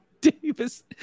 Davis